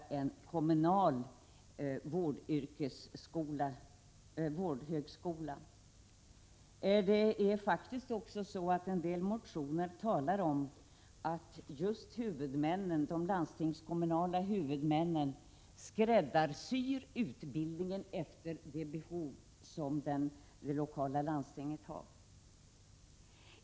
1986/87:40 skulle vara en kommunal vårdhögskola. I en del motioner talades det faktiskt 2 december 1986 om att de landstingskommunala huvudmännen skräddarsyr utbildningen Om bibehållen tillgå efter det lokala landstingets behov.